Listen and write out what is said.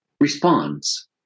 responds